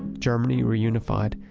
germany reunified.